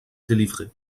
délivrer